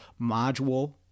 module